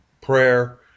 prayer